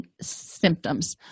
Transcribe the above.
symptoms